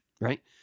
right